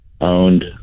owned